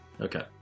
Okay